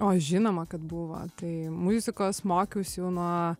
o žinoma kad buvo tai muzikos mokiaus jau nuo